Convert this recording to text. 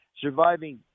surviving